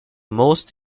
most